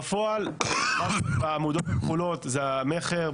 בפועל בעמודות הכחולות זה המכר,